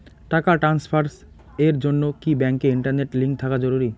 টাকা ট্রানস্ফারস এর জন্য কি ব্যাংকে ইন্টারনেট লিংঙ্ক থাকা জরুরি?